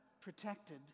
protected